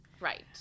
Right